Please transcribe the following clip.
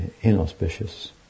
Inauspicious